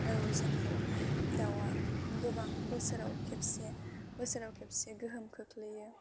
औ जोंखौ दावआ गोबां बोसोराव खेबसे बोसोराव खेबसे गोहोमाव खोख्लैयो